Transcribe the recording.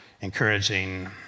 encouraging